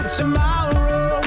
tomorrow